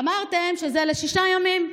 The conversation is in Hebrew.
אמרתם שזה לשישה ימים,